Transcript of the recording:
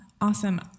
awesome